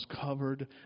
covered